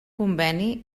conveni